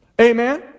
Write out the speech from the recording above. Amen